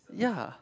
ya